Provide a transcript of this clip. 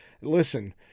Listen